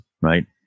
right